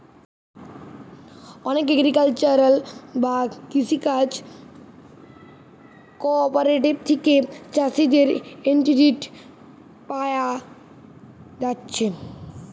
অনেক এগ্রিকালচারাল বা কৃষি কাজ কঅপারেটিভ থিকে চাষীদের ক্রেডিট পায়া যাচ্ছে